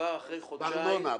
שכבר אחרי חודשיים -- בארנונה.